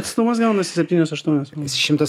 atstumas gaunasi septynios aštuonios šimtas